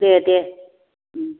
दे दे